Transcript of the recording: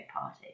party